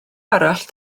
arall